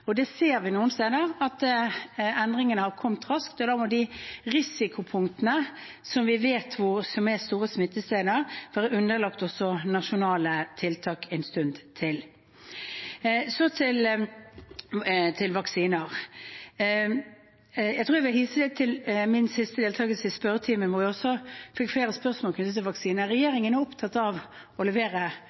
og da må de risikopunktene, som vi vet er store smittesteder, være underlagt også nasjonale tiltak en stund til. Så til vaksiner: Jeg tror jeg vil vise til min siste deltakelse i spørretimen hvor jeg også fikk flere spørsmål knyttet til vaksiner. Regjeringen er opptatt av å levere